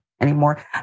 anymore